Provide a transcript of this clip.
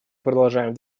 продолжаем